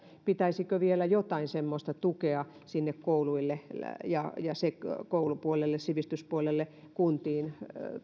pitäisikö vielä jotain semmoista tukea sinne kouluille ja koulupuolelle sivistyspuolelle kuntiin